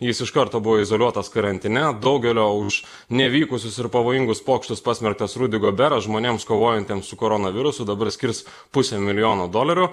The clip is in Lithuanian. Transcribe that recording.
jis iš karto buvo izoliuotas karantine daugelio už nevykusius ir pavojingus pokštus pasmerktas rudi goberas žmonėms kovojantiems su koronavirusu dabar skirs pusę milijono dolerių